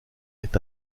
est